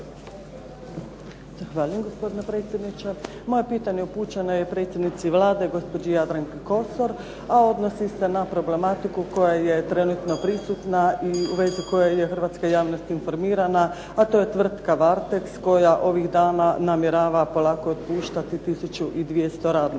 gospodine predsjedniče. Moje pitanje upućeno je predsjednici Vlade, gospođi Jadranki Kosor. A odnosi se na problematiku koja je trenutno prisutna i u vezi koje je hrvatska javnost informirana, a to je tvrtka "Varteks" koja ovih dana namjerava polako otpuštati 2 tisuće